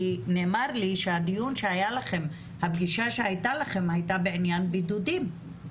כי נאמר לי שהפגישה שהייתה לכם הייתה בעניין בידודים.